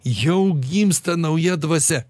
jau gimsta nauja dvasia